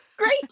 Great